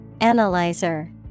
Analyzer